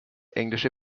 englische